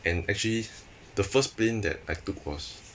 and actually the first plane that I took was